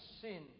sin